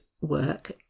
work